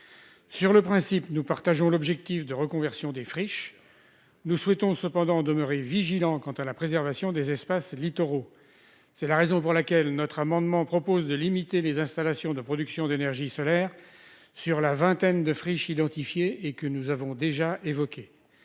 Sur le principe, nous partageons l'objectif de reconversion des friches, mais nous demeurons vigilants quant à la préservation des espaces littoraux. C'est la raison pour laquelle notre amendement vise à limiter les installations de production d'énergie solaire à la vingtaine de friches identifiées, que nous avons déjà évoquées.